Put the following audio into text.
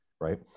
right